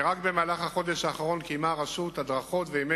ורק במהלך החודש האחרון קיימה הרשות הדרכות וימי